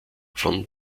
von